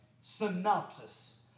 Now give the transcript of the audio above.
synopsis